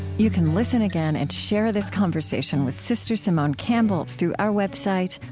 you can listen again and share this conversation with sr. simone campbell through our website,